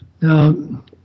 Now